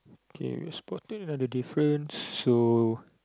K we spotted another difference so